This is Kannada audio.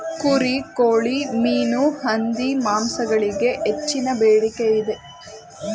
ಕುರಿ, ಕೋಳಿ, ಮೀನು, ಹಂದಿ ಮಾಂಸಗಳಿಗೆ ಹೆಚ್ಚಿನ ಬೇಡಿಕೆ ಇದೆ